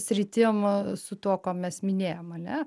sritim su tuo ką mes minėjom ane